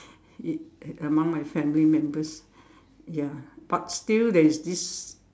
it among my family members ya but still there's this